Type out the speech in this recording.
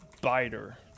Biter